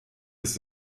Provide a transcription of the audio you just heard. ist